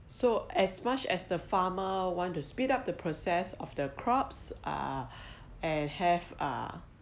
so as much as the farmer want to speed up the process of the crops uh and have uh